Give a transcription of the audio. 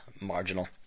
marginal